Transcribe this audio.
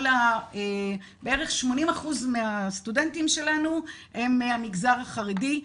בערך 80% מהסטודנטים שלנו הם מהמגזר החרדי.